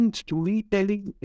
storytelling